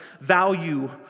value